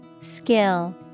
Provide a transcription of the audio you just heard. Skill